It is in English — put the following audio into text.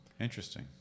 Interesting